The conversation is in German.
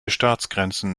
staatsgrenzen